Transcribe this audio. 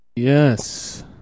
Yes